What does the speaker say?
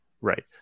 Right